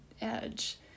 edge